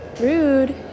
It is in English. rude